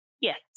yes